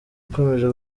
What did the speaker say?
ukomeje